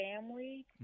family